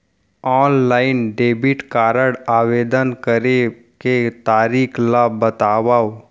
Online debit card आवेदन करे के तरीका ल बतावव?